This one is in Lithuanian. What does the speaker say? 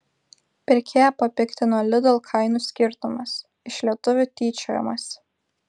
pirkėją papiktino lidl kainų skirtumas iš lietuvių tyčiojamasi